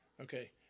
Okay